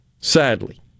sadly